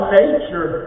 nature